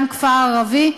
גם כפר ערבי,